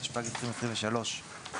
התשפ"ג-2023".